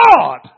God